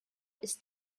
ist